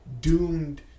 doomed